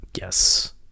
Yes